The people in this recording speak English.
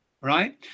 right